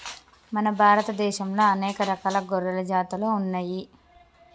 మన భారత దేశంలా అనేక రకాల గొర్రెల జాతులు ఉన్నయ్యి